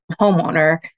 homeowner